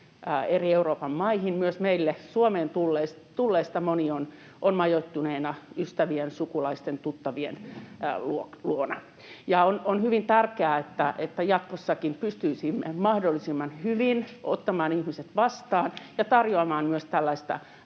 eri Euroopan maihin, myös meille Suomeen tulleista moni on majoittuneena ystävien, sukulaisten, tuttavien luona. On hyvin tärkeää, että jatkossakin pystyisimme mahdollisimman hyvin ottamaan ihmiset vastaan ja tarjoamaan myös tällaista